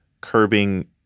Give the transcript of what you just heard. curbing